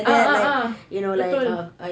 ah ah ah betul